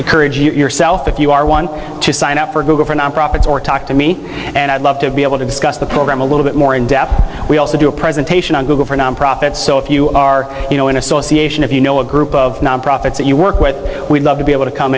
encourage yourself if you are one to sign up for google for nonprofits or talk to me and i'd love to be able to discuss the program a little bit more in depth we also do a presentation on google for nonprofits so if you are you know in association if you know a group of nonprofits that you work with we'd love to be able to come